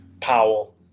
Powell